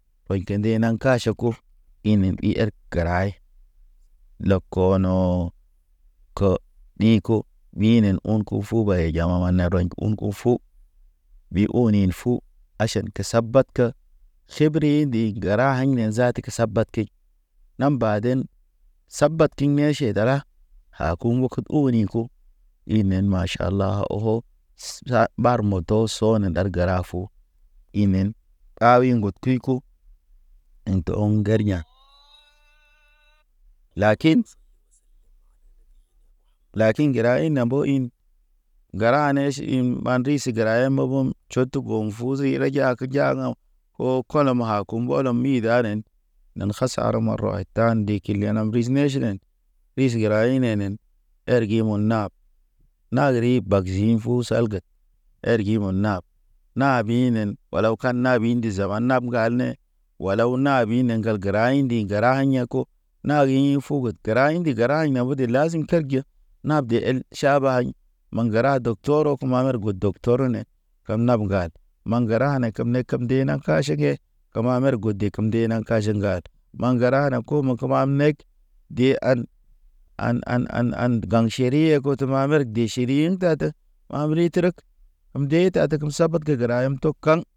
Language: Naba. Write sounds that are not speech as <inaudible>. Ɓay kende naŋ kaʃa ko, inen i erg gəray, lɔk kɔnɔɔ kə ndi ko. Ɓinen unku fu jama mane rɔɲ unku fu. Ɓi onin fu, aʃan tə sabate. Seberi ndi gəra aɲ zaata ke sabate, nam baden, sabatiɲ ye ʃe dara. A kuŋ ukud oni ko, inen maʃ ala oho. <hesitation> Ɓar moto so ne dar gəra fo, inen awi ŋgo tuyko. In tə ɔŋ ŋgeriya̰. Lakin, lakin gəra ina mbo in, gəra anes in ɓan risi gəra əm mbo bum tʃodogoŋ fuzi re ja ge ja am. O kolɔm hakum kolɔm idanen En kasa ar marwayd da nda ndi kil ya̰ bes meʃ men. Bis gəra inenen ergi mon nap, nageri bagzḭ mbu salged. Ergi mon nap na bi nen wa law kan na bin ndi za ba nab gal ne. Wa law na binen ŋgal gəra indi gəra ya̰ ko, na wi ɲi fugud, gəra indi gəra. Gəra ina udu lazim kelge nabde el tʃabaɲ. Ma gəra dɔktoro kuma mer go dɔktoro ne. Kem nap ŋgayd ma ŋgəra ne kem ne kem de na kaʃige. Kema mer go de kem de naŋ kaʃiŋ ŋgad ma ŋgəra na ko ma kəmam mek de an an an an an gaŋ ʃeriye got ma mer de ʃeri in ta te. Mam ri tərek m’de tatem kem sabak te gəra yɔm tok kam.